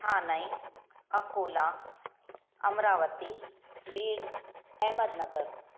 Thane Akola Amravati Beed Ahmednagar